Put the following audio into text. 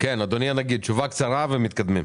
אדוני הנגיד, תשובה קצרה ונתקדם.